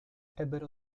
ebbero